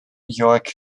york